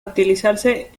utilizarse